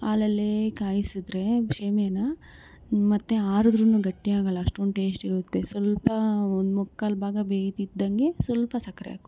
ಹಾಲಲ್ಲೇ ಕಾಯಿಸಿದ್ರೆ ಶೇವಿಯಾನ ಮತ್ತೆ ಆರಿದ್ರೂ ಗಟ್ಟಿಯಾಗೋಲ್ಲ ಅಷ್ಟೊಂದು ಟೇಸ್ಟಿರುತ್ತೆ ಸ್ವಲ್ಪ ಒಂದು ಮುಕ್ಕಾಲು ಭಾಗ ಬೇಯ್ತಿದ್ದಂಗೆ ಸ್ವಲ್ಪ ಸಕ್ರೆ ಹಾಕು